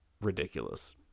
ridiculous